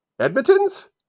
Edmonton's